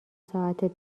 ساعت